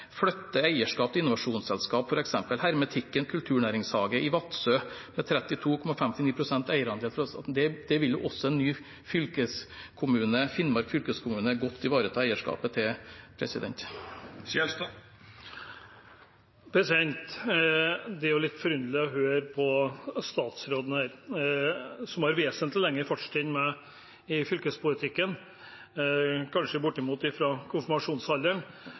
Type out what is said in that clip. eierskap til innovasjonsselskap. Hermetikken Kulturnæringshage i Vadsø, med 32,59 pst. statlig eierandel, vil også en ny fylkeskommune – Finnmark fylkeskommune – godt ivareta eierskapet til. Det er litt forunderlig å høre på statsråden, som har vesentlig lengre fartstid enn meg i fylkespolitikken – kanskje fra bortimot